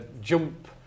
Jump